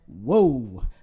whoa